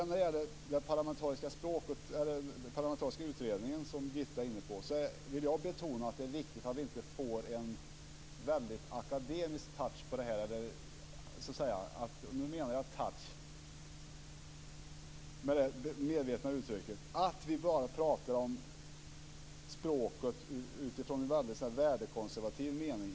När det sedan gäller den parlamentariska utredningen, som Birgitta Sellén var inne på, vill jag betona att det är viktigt att vi inte får en väldigt akademisk touche på det här - jag använde medvetet uttrycket "touche" - så att vi bara pratar om språket utifrån en väldigt värdekonservativ utgångspunkt.